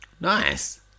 Nice